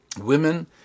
women